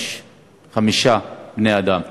275 בני-אדם